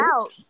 out